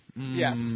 Yes